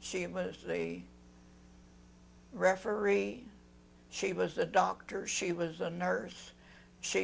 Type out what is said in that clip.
she was a referee she was a doctor she was a nurse sh